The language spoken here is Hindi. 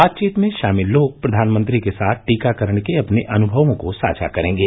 बातचीत में शामिल लोग प्रधानमंत्री के साथ टीकाकरण के अपने अनुमवों को साझा करेंगे